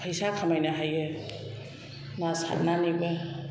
फैसा खामायनो हायो ना सारनानैबो